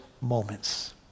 moments